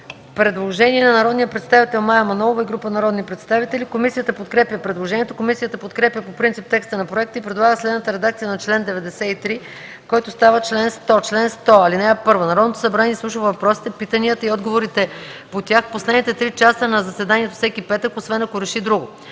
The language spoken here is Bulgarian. – предложение на народния представител Мая Манолова и група народни представители. Комисията подкрепя предложението. Комисията подкрепя по принцип текста на проекта и предлага следната редакция на чл. 93, който става чл. 100: „Чл. 100. (1) Народното събрание изслушва въпросите, питанията и отговорите по тях последните три часа на заседанието всеки петък, освен ако реши друго.